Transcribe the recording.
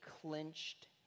clenched